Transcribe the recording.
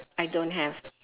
I don't have